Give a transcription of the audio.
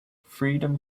freedom